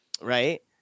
Right